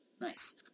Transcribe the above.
Nice